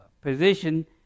position